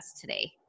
today